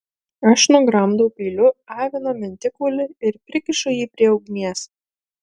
aš nugramdau peiliu avino mentikaulį ir prikišu jį prie ugnies